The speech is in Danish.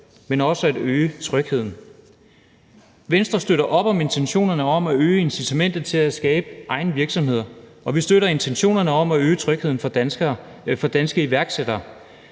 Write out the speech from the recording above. men også øge trygheden. Venstre støtter op om intentionen om at øge incitamentet til at skabe egne virksomheder, og vi støtter intentionen om at øge trygheden for danske iværksættere.